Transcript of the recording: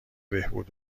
بهبود